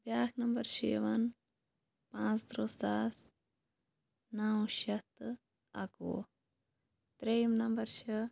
بیٛاکھ نمبر چھِ یِوان پانٛژھ تٕرٛہ ساس نَوشیٚتھ تہٕ اَکہٕ وُہ ترٛیٚیِم نمبر چھِ